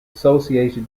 associated